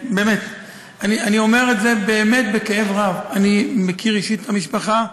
אני אומר את זה באמת בכאב רב: אני מכיר אישית את המשפחה,